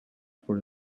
for